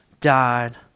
died